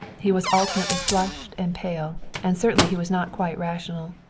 he was alternately flushed and pale and certainly he was not quite rational.